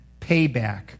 payback